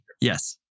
Yes